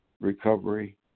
recovery